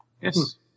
Yes